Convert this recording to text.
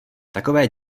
takové